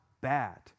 bad